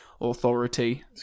authority